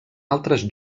altres